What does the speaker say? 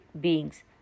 beings